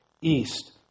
east